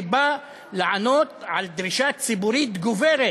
שבא לענות על דרישה ציבורית גוברת